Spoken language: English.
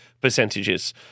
percentages